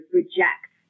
reject